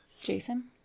Jason